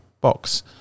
box